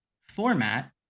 format